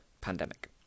pandemic